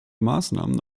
maßnahmen